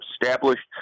established